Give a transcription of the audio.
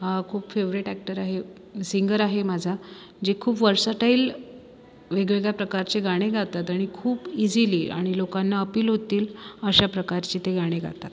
हा खूप favourite actor आहे सिंगर आहे माझा जे खूप वर्साटाइल वेगवेगळ्या प्रकारचे गाणे गातात आणि खूप इझिली आणि लोकांना अपील होतील अशा प्रकारचे ते गाणे गातात